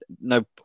No